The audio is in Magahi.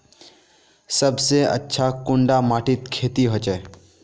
सबसे अच्छा कुंडा माटित खेती होचे?